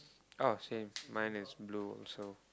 oh same mine is blue also